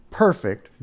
perfect